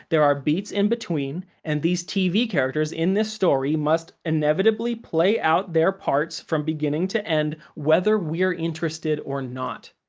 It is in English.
there are beats in between, and these tv characters in this story must inevitably play out their parts from beginning to end whether we're interested or not.